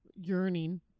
yearning